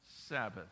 Sabbath